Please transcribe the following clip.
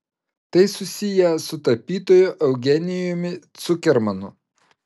tai susiję su tapytoju eugenijumi cukermanu